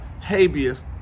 habeas